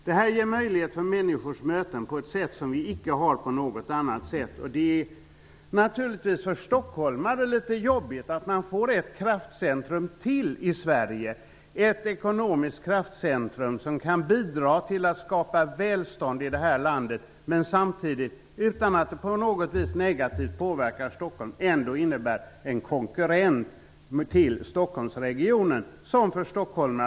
Detta ger möjligheter för människor att mötas på ett sätt som de annars icke skulle göra. För stockholmare är det naturligtvis litet jobbigt att det blir ytterligare ett kraftcentrum i Sverige, ett ekonomiskt kraftcentrum som kan bidra till att skapa välstånd i det här landet. Det påverkar inte på något vis Stockholm negativt, men det innebär ändå att Stockholmsregionen får en konkurrent.